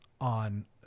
on